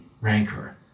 rancor